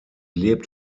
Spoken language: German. lebt